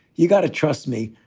you've got to trust me.